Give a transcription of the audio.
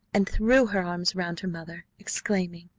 and threw her arms round her mother, exclaiming,